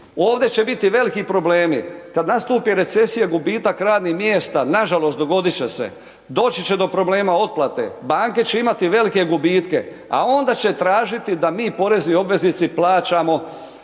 ovdje će biti veliki problemi kad nastupi recesija, gubitak radnih mjesta, nažalost dogodit će se, doći će do problema otplate, banke će imati velike gubitke, a onda će tražiti da mi porezni obveznici plaćamo